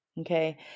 okay